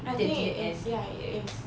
I think it is ya it is